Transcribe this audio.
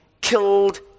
killed